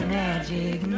magic